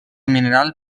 mineral